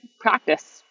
practice